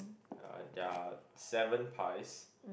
there are seven pies